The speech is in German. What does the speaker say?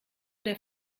der